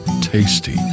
tasty